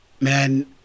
Man